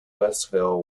westville